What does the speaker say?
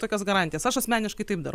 tokias garantijas aš asmeniškai taip darau